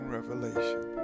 Revelation